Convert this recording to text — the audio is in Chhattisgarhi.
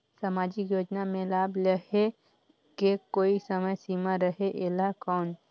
समाजिक योजना मे लाभ लहे के कोई समय सीमा रहे एला कौन?